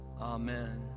amen